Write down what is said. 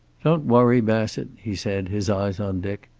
don't worry, bassett, he said, his eyes on dick.